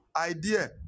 Idea